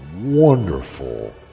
wonderful